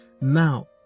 Now